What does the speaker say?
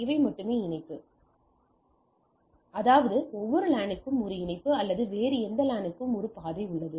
இவை மட்டுமே இணைப்பு அதாவது ஒவ்வொரு லானுக்கும் ஒரு இணைப்பு அல்லது வேறு எந்த லானுக்கும் ஒரு பாதை உள்ளது